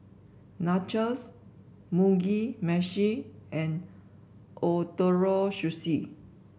Nachos Mugi Meshi and Ootoro Sushi